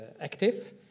active